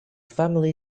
family